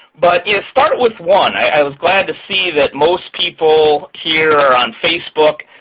but start with one. i was glad to see that most people here are on facebook.